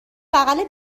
بغل